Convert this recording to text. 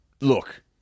Look